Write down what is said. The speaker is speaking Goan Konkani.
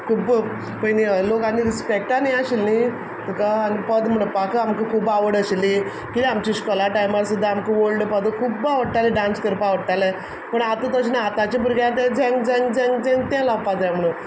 खूब पयलीं लोक आनी रिस्पेक्टान हें आशिल्लीं तुका आनी पद म्हणपाकूय आमकां खूब आवड आशिल्ली कितें आमच्या इश्कोला टायमार सुद्दां आमकां ऑल्ड पदां खूब आवडटाली डांस करपाक व्हरताले पूण आतां तशें ना आतांच्या भुरग्यांक तें झंग झंग झंग तें लावपाक जाय म्हणून